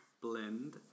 blend